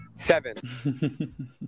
seven